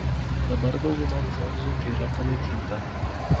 dabar dauguma cenzų yra panaikinta